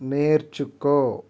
నేర్చుకో